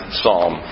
psalm